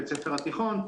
בית הספר התיכון,